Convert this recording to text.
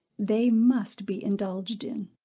they must be indulged in.